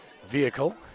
vehicle